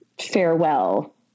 farewell